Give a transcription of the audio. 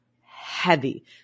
heavy